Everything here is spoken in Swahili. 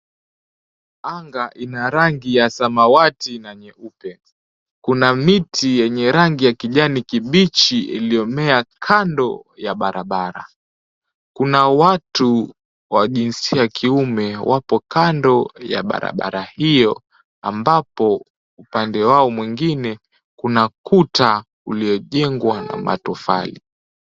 Anga ina rangi ya samawati na nyeupe. Kuna miti yenye rangi ya kijani kibichi iliyomea kando ya barabara. Kuna watu wa jinsia ya kiume wapo kando ya barabara hio ambapo upande wao mwingine, kuna kuta uliojengwa na matofali.